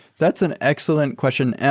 that's an excellent question.